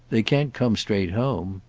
they can't come straight home.